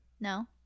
no